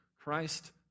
Christ